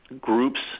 groups